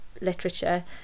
literature